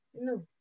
No